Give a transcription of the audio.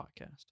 podcast